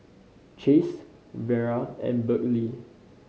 Chase Vera and Berkley